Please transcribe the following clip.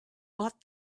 bought